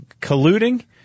colluding